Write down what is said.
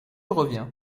reviens